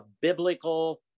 biblical